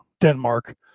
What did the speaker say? Denmark